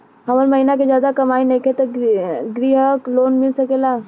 हमर महीना के ज्यादा कमाई नईखे त ग्रिहऽ लोन मिल सकेला?